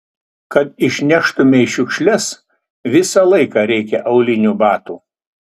kad išneštumei šiukšles visą laiką reikia aulinių batų